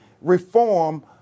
reform